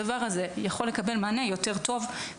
הדבר הזה יכול לקבל מענה יותר טוב.